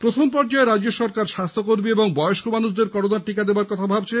প্রথম পর্যায় রাজ্য সরকার স্বাস্থ্যকর্মী এবং বয়স্ক মানুষদের করোনা প্রতিষেধক দেওয়ার কথা ভাবছে